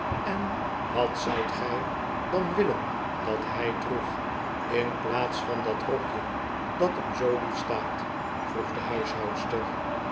en wat zoudt gij danwillen dat hij droeg in plaats van dat rokje dat hem zoo lief staat vroeg de huishoudster